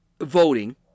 voting